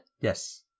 Yes